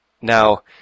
now